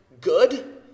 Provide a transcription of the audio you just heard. good